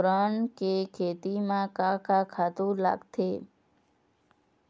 फोरन के खेती म का का खातू लागथे?